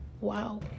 wow